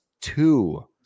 two